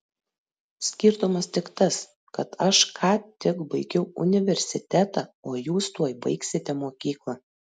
skirtumas tik tas kad aš ką tik baigiau universitetą o jūs tuoj baigsite mokyklą